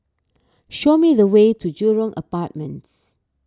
show me the way to Jurong Apartments